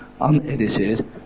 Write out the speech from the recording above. unedited